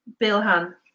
Bilhan